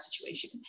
situation